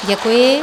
Děkuji.